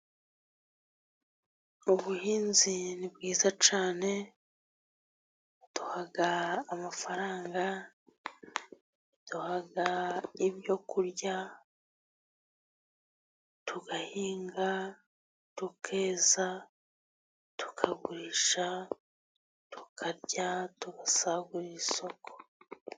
Ubuhinzi ni bwiza cyane, buduha amafaranga buduha ibyo kurya, tugahinga tukeza tukagurisha tukarya tugasagurira isoko.